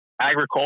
agriculture